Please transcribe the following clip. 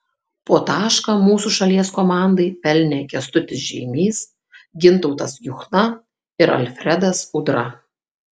po tašką mūsų šalies komandai pelnė kęstutis žeimys gintautas juchna ir alfredas udra